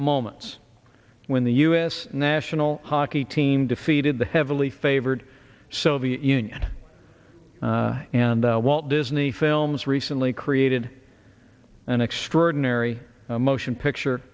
moments when the u s national hockey team defeated the heavily favored soviet union and walt disney films recently created an extraordinary motion picture